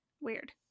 weird